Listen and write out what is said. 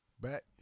Back